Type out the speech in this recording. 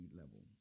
level